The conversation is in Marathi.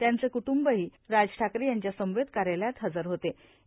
त्यांचे कुटुंबीयही राज ठाकरे यांच्यासमवेत कार्यालयात हजर झालेत